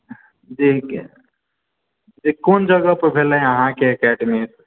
जी की जी कोन जगहपर भेले अहाँके एकेडमी